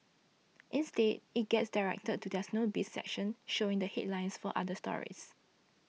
instead it gets directed to their Showbiz section showing the headlines for other stories